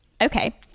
Okay